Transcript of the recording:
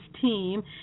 team